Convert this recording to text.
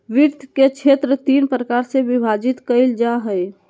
वित्त के क्षेत्र तीन प्रकार से विभाजित कइल जा हइ